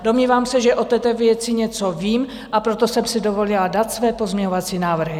Domnívám se, že o této věci něco vím, a proto jsem si dovolila dát své pozměňovací návrhy.